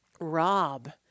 rob